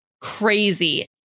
crazy